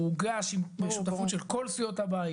הוא הוגש עם שותפות של כל סיעות הבית